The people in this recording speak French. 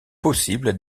possible